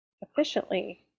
efficiently